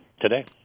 today